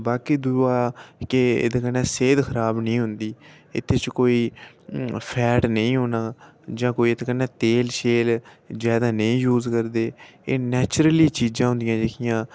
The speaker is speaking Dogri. बाकी दूआ ते एह्दे कन्नै सेह्त खराब नेईं होंदी इत्थें च कोई फैट नेईं होना जां इत्त कन्नै तेल शेल जादै नेईं करदे एह् नैचुरली चीज़ां होंदियां जेह्कियां